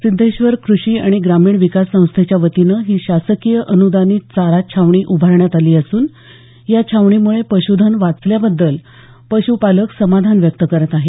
सिद्धेश्वर कृषी आणि ग्रामीण विकास संस्थेच्या वतीनं ही शासकीय अनुदानित चारा छावणी उभारण्यात आली असून या छावणीमुळे पश्धन वाचल्याबद्दल पश्पालक समाधान व्यक्त करत आहेत